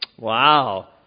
wow